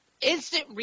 Instant